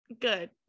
good